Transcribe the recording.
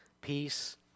Peace